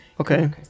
Okay